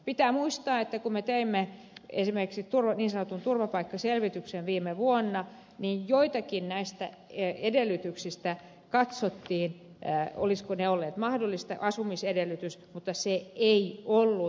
pitää muistaa että kun me teimme esimerkiksi niin sanotun turvapaikkaselvityksen viime vuonna joistakin näistä edellytyksistä katsottiin olisivatko ne olleet mahdollisia esimerkiksi asumisedellytys mutta se ei ollut